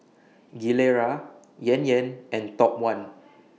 Gilera Yan Yan and Top one